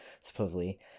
supposedly